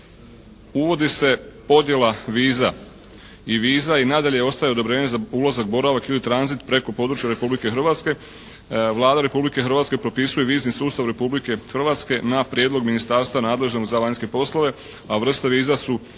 Uvodi se podjela viza i viza ostaje odobrenje za ulazak, boravak ili tranzit preko područja Republike Hrvatske. Vlada Republike Hrvatske propisuje vizni sustav Republike Hrvatske na prijedlog ministarstva nadležnog za vanjske poslove, a vrsta viza su